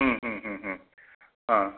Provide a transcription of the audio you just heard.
आ